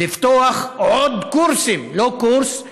לפתוח עוד קורסים לא קורס,